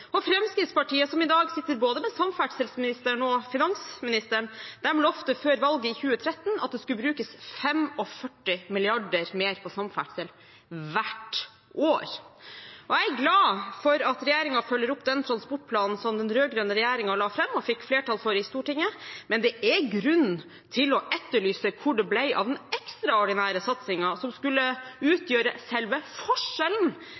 Fremskrittspartiet, som i dag sitter med både samferdselsministeren og finansministeren, lovte før valget i 2013 at det skulle brukes 45 mrd. kr mer på samferdsel hvert år. Jeg er glad for at regjeringen følger opp den transportplanen som den rød-grønne regjeringen la fram og fikk flertall for i Stortinget, men det er grunn til å etterlyse hvor det ble av den ekstraordinære satsingen som skulle utgjøre selve forskjellen